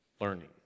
learning